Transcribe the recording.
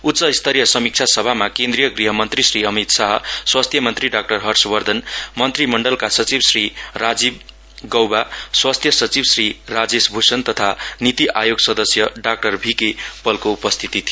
उच्चस्तरीय समिक्षा सभामा केन्द्रिय गृह मन्त्री श्री अमित शाह स्वास्थ्य मन्त्री डाक्टर हर्ष वर्धन मन्त्रीमण्डलका सचिव श्री राजीव गउबा स्वास्थ्य सचिव श्री राजेश भ्षण तथा नीति आयोगसदस्य डाक्टर भीके पलको उपस्थिति थियो